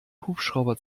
hubschrauber